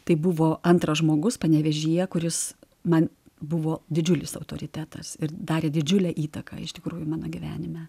tai buvo antras žmogus panevėžyje kuris man buvo didžiulis autoritetas ir darė didžiulę įtaką iš tikrųjų mano gyvenime